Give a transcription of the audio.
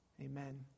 Amen